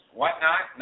whatnot